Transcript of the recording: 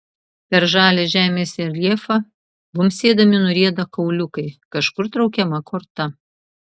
per žalią žemės reljefą bumbsėdami nurieda kauliukai kažkur traukiama korta